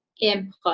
input